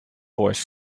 force